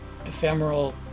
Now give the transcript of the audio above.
ephemeral